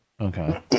Okay